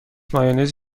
مایونز